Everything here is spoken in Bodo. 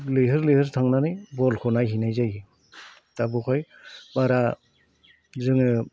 लैहोर लैहोर थांनानै बलखौ नायहैनाय जायो दा बेवहाय बारा जोङो